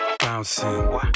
bouncing